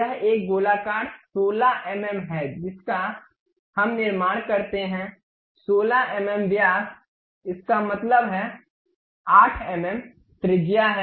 यह एक गोलाकार 16 एमएम है जिसका हम निर्माण करते हैं 16 एमएम व्यास इसका मतलब 8 एमएम त्रिज्या है